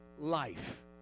life